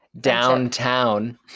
downtown